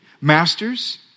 masters